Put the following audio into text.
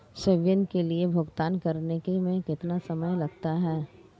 स्वयं के लिए भुगतान करने में कितना समय लगता है?